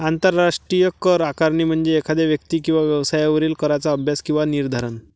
आंतरराष्ट्रीय कर आकारणी म्हणजे एखाद्या व्यक्ती किंवा व्यवसायावरील कराचा अभ्यास किंवा निर्धारण